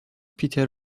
پیتر